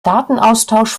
datenaustausch